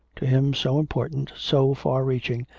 to him so important, so far-reaching,